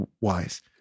wise